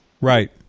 Right